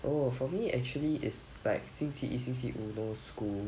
oh for me actually is like 星期一星期五 no school